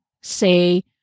say